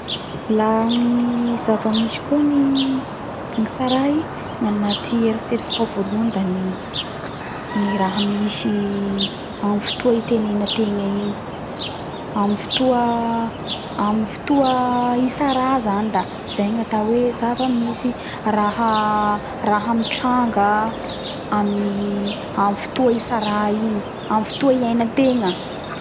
La ny zava misy koa ny ny tsaray da gnanaty eritseritsiko ao voalohany da ny ny raha misy amy fotoa itenenategna igny amy fotoa amy fotoa itsara zany zay gnatao hoe zava misy raha raha mitranga aminy amy fotoa itsara amy fotoa iaigna tegna